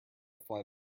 fly